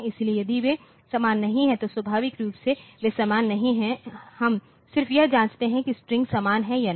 इसलिए यदि वे समान नहीं हैं तो स्वाभाविक रूप से वे समान नहीं हैं हम सिर्फ यह जांचते हैं कि स्ट्रिंगसमान हैं या नहीं